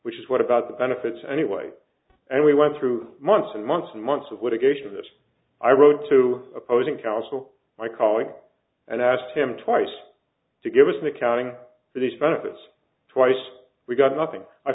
which is what about the benefits anyway and we went through months and months and months of litigation of this i wrote to opposing counsel my colleague and asked him twice to give us an accounting for these benefits twice we got nothing i